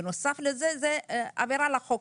בנוסף לזה זו עבירה על החוק,